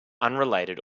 unrelated